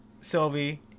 Sylvie